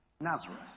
Nazareth